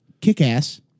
kick-ass